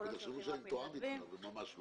יחשבו שאני מתואם אתך, אבל ממש לא.